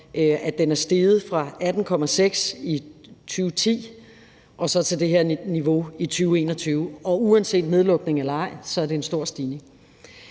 at den er steget fra 18,6 i 2010 til det her niveau i 2021, og at det uanset nedlukning eller ej er en stor stigning.